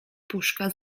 puszka